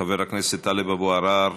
חבר הכנסת טלב אבו עראר,